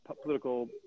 political